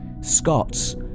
Scots